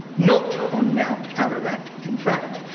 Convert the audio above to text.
not on mount ararat, in fact.